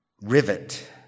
rivet